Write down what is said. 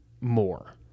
more